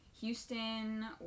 houston